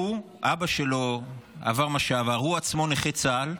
אבא שלו עבר מה שעבר, הוא עצמו נכה צה"ל,